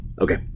Okay